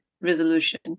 resolution